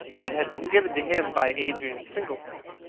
it had been given to him by adrian singleton.